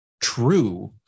true